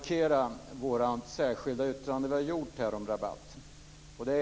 Fru talman! Jag vill bara markera vårt särskilda yttrande om rabatt.